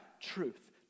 truth